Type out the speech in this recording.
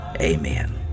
Amen